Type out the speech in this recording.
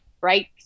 right